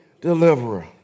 deliverer